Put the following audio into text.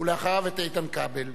ואחריו, את איתן כבל.